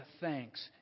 thanks